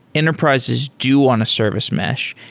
enterprises do want a service mesh.